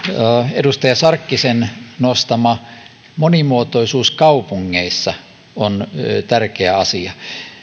edustaja sarkkisen nostama monimuotoisuus kaupungeissa on tärkeä asia